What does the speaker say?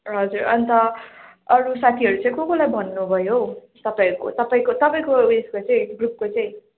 हजुर अन्त अरू साथीहरू चाहिँ को कसलाई भन्नु भयो हौ तपाईँहरूको तपाईँको तपाईँको ऊ यसको चाहिँ ग्रुपको चाहिँ